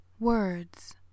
Words